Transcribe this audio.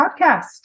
podcast